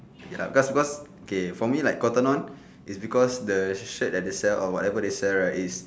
okay lah because because okay for me like Cotton On is because the shirt shirt that they sell or whatever they sell right is